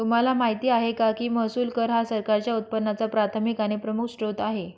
तुम्हाला माहिती आहे का की महसूल कर हा सरकारच्या उत्पन्नाचा प्राथमिक आणि प्रमुख स्त्रोत आहे